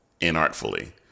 inartfully